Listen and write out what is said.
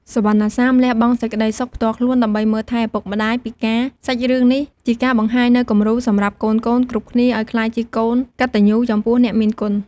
សុវណ្ណសាមលះបង់សេចក្ដីសុខផ្ទាល់ខ្លួន ដើម្បីមើលថែឪពុកម្ដាយពិការ សាច់រឿងនេះជាការបង្ហាញនូវគំរូសម្រាប់កូនៗគ្រប់គ្នាអោយក្លាយជាកូនកតញ្ញូចំពោះអ្នកមានគុណ។